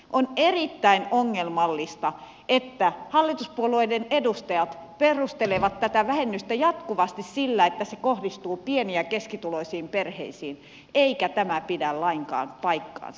on erittäin ongelmallista että hallituspuolueiden edustajat perustelevat tätä vähennystä jatkuvasti sillä että se kohdistuu pieni ja keskituloisiin perheisiin eikä tämä pidä lainkaan paikkaansa